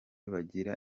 bagira